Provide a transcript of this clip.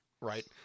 Right